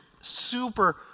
Super